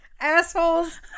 assholes